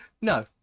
no